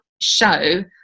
show